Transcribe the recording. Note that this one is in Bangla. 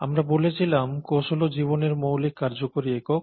আমরা বলেছিলাম কোষ হল জীবনের মৌলিক কার্যকরী একক